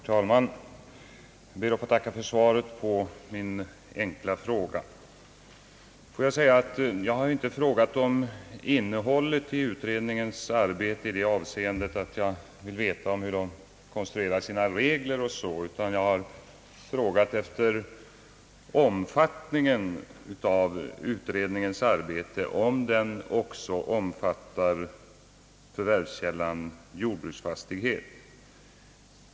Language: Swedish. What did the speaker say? Herr talman! Jag ber att få tacka för svaret på min enkla fråga. Låt mig genast säga, att jag inte frågat om innehållet i utredningens arbete i det avseendet att jag vill veta hur utredningen konstruerar sina regler och liknande saker, utan jag har frågat efter omfattningen av utredningens arbete med avseende på frågan huruvida arbetet också omfattar förvärvskällan jordbruksfastighet.